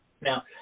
now